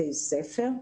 בתי הספר,